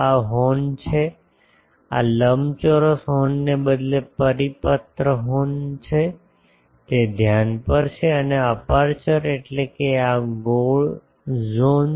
આ હોર્ન છે આ લંબચોરસ હોર્નને બદલે પરિપત્ર હોર્ન છે તે ધ્યાન પર છે અને અપેર્ચર એટલે આ ગોળ ઝોન